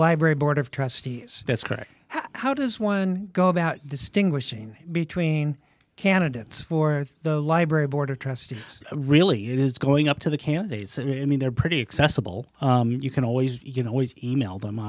library board of trustees that's correct how does one go about distinguishing between candidates for the library board of trustees really it is going up to the candidates i mean they're pretty accessible you can always you know e mail them